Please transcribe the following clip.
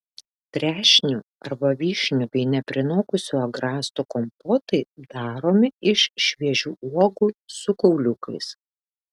trešnių arba vyšnių bei neprinokusių agrastų kompotai daromi iš šviežių uogų su kauliukais